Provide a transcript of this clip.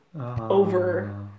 over